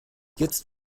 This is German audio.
jetzt